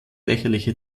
lächerliche